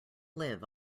live